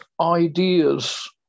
ideas